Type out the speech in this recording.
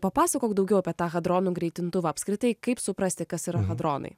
papasakok daugiau apie tą hadronų greitintuvą apskritai kaip suprasti kas yra hadronai